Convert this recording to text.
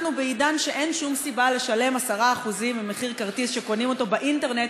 אנחנו בעידן שאין שום סיבה לשלם 10% ממחיר כרטיס שקונים באינטרנט,